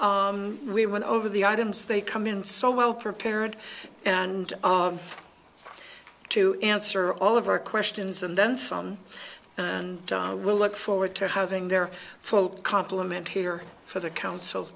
really we went over the items they come in so well prepared and to answer all of our questions and then some and we'll look forward to having their full complement here for the council